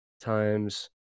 times